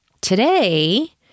today